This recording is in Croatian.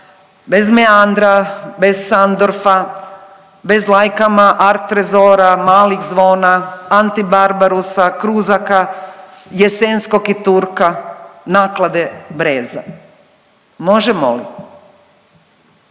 bez Beanda, bez Sandorfa, bez …/Govornik se ne razumije./…, Malih zvona, Antibarbarusa, Kruzaka, Jesenskog i Turka, naklade Breza, možemo li?